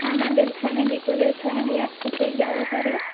আমাদের ফ্যামিলি তোদের ফ্যামিলি একসাথেই যাব তারে